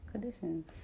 conditions